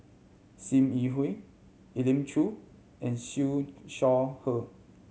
Sim Yi Hui Elim Chew and Siew Shaw Her